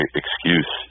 excuse